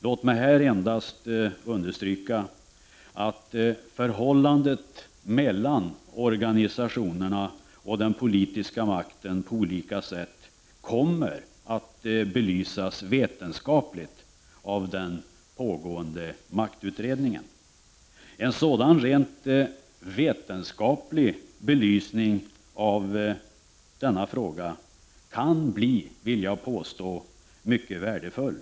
Låt mig här endast understryka att förhållandet mellan organisationerna och den politiska makten på olika sätt kommer att belysas vetenskapligt av den pågående maktutredningen. En sådan rent vetenskaplig belysning av denna fråga kan, vill jag påstå, bli mycket värdefull.